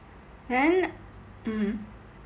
then mm